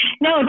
No